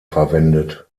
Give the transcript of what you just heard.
verwendet